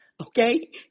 Okay